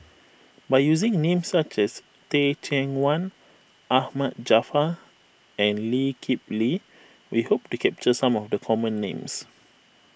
by using names such as Teh Cheang Wan Ahmad Jaafar and Lee Kip Lee we hope to capture some of the common names